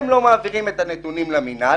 הם לא מעבירים את הנתונים למינהל,